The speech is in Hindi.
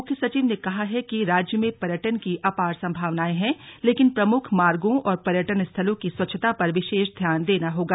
मुख्य सचिव ने कहा है कि राज्य में पर्यटन की अपार सम्भावनाएं हैं लेकिन प्रमुख मार्गों और पर्यटन स्थलों की स्वच्छता पर विशेष ध्यान देना होगा